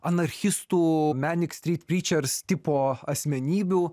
anarchistų menikstryt pryčers tipo asmenybių